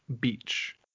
Beach